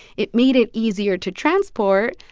it made it easier to transport.